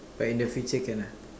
but in the future can ah